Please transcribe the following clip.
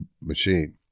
machine